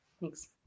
Thanks